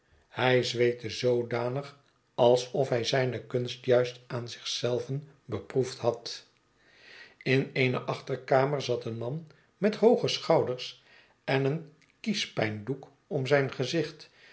hij zweette zoodanig alsof hij zijne kunst juist aan zich zelven beproefd had in eene achterkamer zat een man met hooge schouders en een kiespijndoek om zijn gezicht